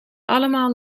allemaal